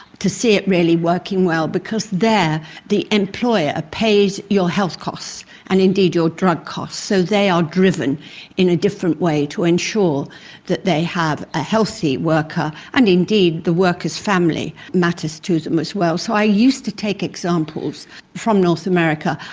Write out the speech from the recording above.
to see it really working well because there the employer pays your health cost and indeed your drug costs, so they are driven in a different way to ensure that they have a healthy worker, and indeed the worker's family matters to them as well. so i used to take examples from north america.